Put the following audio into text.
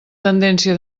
tendència